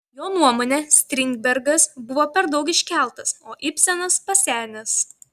jo nuomone strindbergas buvo per daug iškeltas o ibsenas pasenęs